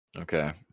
Okay